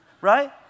right